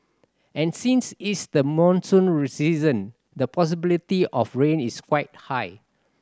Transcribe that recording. and since it's the monsoon reseason the possibility of rain is quite high